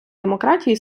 демократії